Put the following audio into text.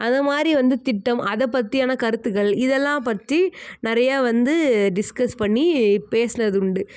அதை மாதிரி வந்து திட்டம் அதை பற்றியான கருத்துகள் இதெல்லாம் பற்றி நிறையா வந்து டிஸ்க்கஸ் பண்ணி பேசினது உண்டு